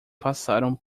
passaram